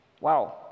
Wow